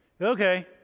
okay